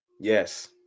Yes